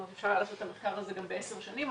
אפשר לעשות את המחקר הזה גם ב-10 שנים,